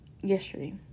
yesterday